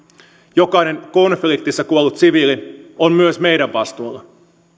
jokainen konfliktissa kuollut siviili on myös meidän vastuullamme